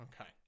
Okay